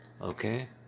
okay